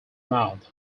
mouth